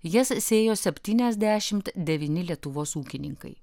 jas sėjo septyniasdešimt devyni lietuvos ūkininkai